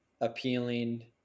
appealing